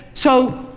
so,